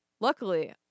Luckily